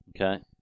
Okay